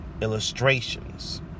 illustrations